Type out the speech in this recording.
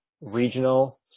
regional